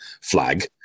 flag